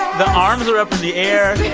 the arms are up in the air.